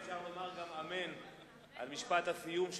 אפשר לומר גם אמן על משפט הסיום שלך.